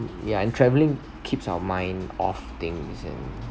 yeah and travelling keeps our mind off things and